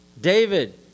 David